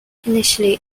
initially